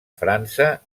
frança